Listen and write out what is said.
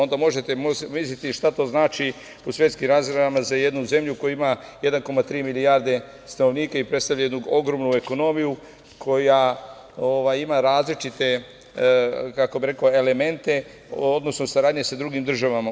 Onda možete misliti šta to znači u svetskim razmerama za jednu zemlju koja ima 1,3 milijarde stanovnika i predstavlja jednu ogromnu ekonomiju koja ima različite, kako bih rekao, elemente saradnje sa drugim državama.